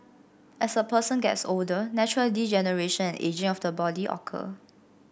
as a person gets older natural degeneration and ageing of the body occur